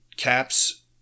Caps